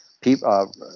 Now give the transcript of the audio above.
People